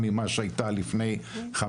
אולי הברקס האחרון שאפשר היה לתת להם שנייה